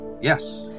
Yes